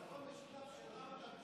חברות וחברי הכנסת,